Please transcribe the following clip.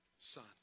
Son